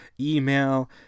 Email